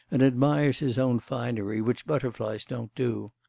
and admires his own finery which butterflies don't do.